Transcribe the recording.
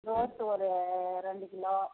rose ஒரு ரெண்டு kilo